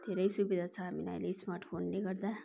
धेरै सुविधा छ हामीलाई अहिले स्मार्ट फोनले गर्दा